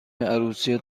عروسی